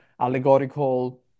allegorical